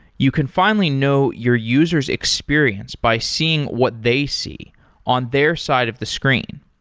you can finally know your user s experience by seeing what they see on their side of the screen.